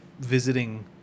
visiting